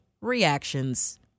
reactions